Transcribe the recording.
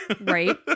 Right